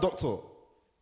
doctor